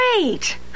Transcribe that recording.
great